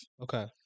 Okay